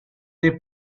they